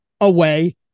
away